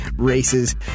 races